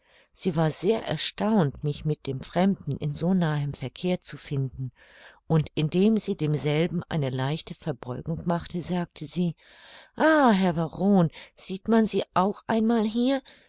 sie war sehr erstaunt mich mit dem fremden in so nahem verkehr zu finden und indem sie demselben eine leichte verbeugung machte sagte sie ah herr baron sieht man sie auch einmal hier